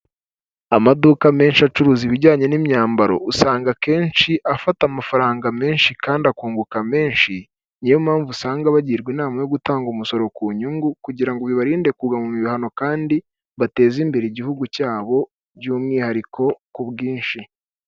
Amaduka menshi acuruza ibijyanye n'imyambaro usanga akenshi afata amafaranga menshi kandi akunguka menshi; ni yo mpamvu usanga bagirwa inama yo gutanga umusoro ku nyungu kugira ngo bibarinde kugwa mu bihano, kandi bateze imbere igihugu cyabo by'umwihariko ku bwinshi.